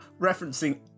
referencing